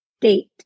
date